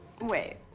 Wait